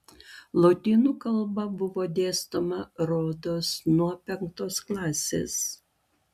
lotynų kalba buvo dėstoma rodos nuo penktos klasės